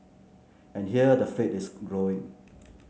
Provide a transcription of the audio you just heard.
and here the fleet is growing